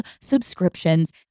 subscriptions